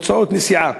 את הוצאות הנסיעה